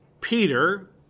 Peter